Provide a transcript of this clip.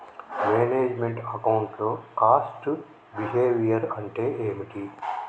Manage meant account లో cost behaviour అంటే ఏమిటి?